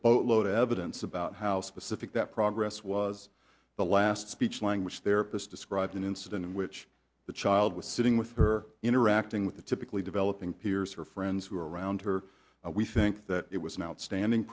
boatload of evidence about how specific that progress was the last speech language there was described an incident in which the child was sitting with her interacting with the typically developing peers her friends who are around her we think that it was an outstanding